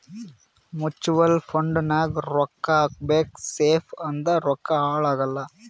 mutual fund ನಾಗ್ ರೊಕ್ಕಾ ಹಾಕಬೇಕ ಸೇಫ್ ಅದ ರೊಕ್ಕಾ ಹಾಳ ಆಗಲ್ಲ